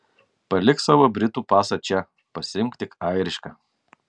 palik savo britų pasą čia pasiimk tik airišką